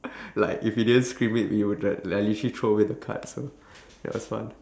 like if you didn't scream it it will like like literally throw away the cards so ya it was fun